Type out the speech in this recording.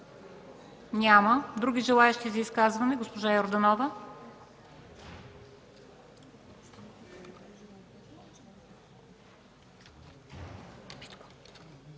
Други желаещи за изказване? Госпожа Йорданова.